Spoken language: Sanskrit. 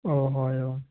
ओ हो एवं